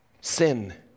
sin